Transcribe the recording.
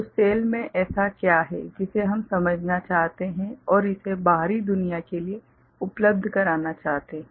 तो सेल में ऐसा क्या है जिसे हम समझना चाहते हैं और इसे बाहरी दुनिया के लिए उपलब्ध कराना चाहते हैं